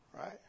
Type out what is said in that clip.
right